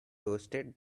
toasted